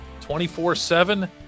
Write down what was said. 24-7